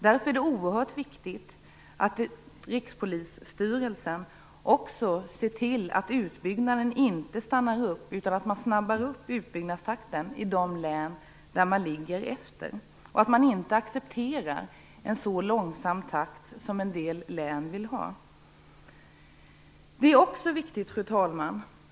Därför är det oerhört viktigt att Rikspolisstyrelsen också ser till att utbyggnaden inte stannar upp utan att man påskyndar utbyggnadstakten i de län där man ligger efter och att man inte accepterar en så långsam takt som en del län vill ha. Fru talman!